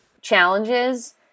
challenges